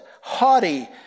haughty